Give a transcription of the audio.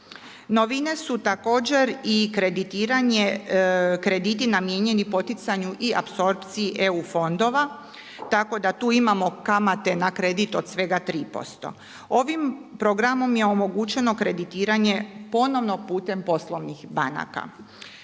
Novine su također i kreditiranje krediti namijenjeni poticanju i apsorpciji EU fondova tako da tu imamo kamate na kredit od svega 3%. Ovim programom je omogućeno kreditiranje ponovno putem poslovnih banaka.